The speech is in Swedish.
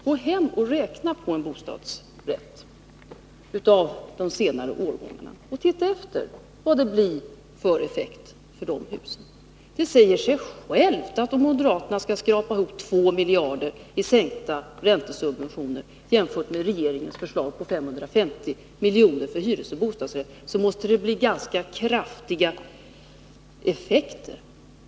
Gå hem och räkna på en bostadsrätt av de senare årgångarna och se efter vad det blir för effekt för de husen! Det säger sig självt att om moderaterna skall skrapa ihop 2 miljarder genom sänkta räntesubventioner jämfört med regeringens förslag på 550 miljoner för hyresoch bostadsrätt, så måste det bli ganska kraftiga effekter.